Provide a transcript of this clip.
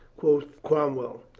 quoth cromwell.